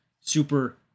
super